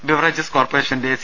beverages കോർപറേഷന്റെ C